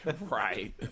Right